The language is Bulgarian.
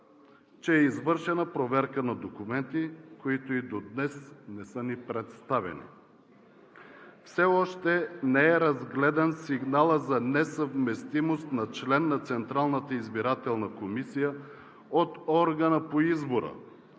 че е извършена проверка на документи, които и до днес не са ни представени, все още не е разгледан сигналът за несъвместимост на член на Централната избирателна комисия от органа по избора,